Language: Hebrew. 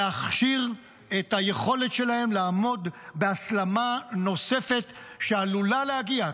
להכשיר את היכולת שלהם לעמוד בהסלמה נוספת שעלולה להגיע.